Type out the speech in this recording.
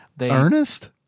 Ernest